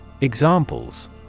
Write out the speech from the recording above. Examples